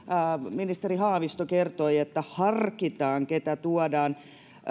ministeri haavisto kertoi että harkitaan keitä tuodaan